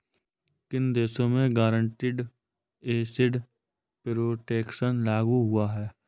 किन देशों में गारंटीड एसेट प्रोटेक्शन लागू हुआ है?